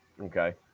Okay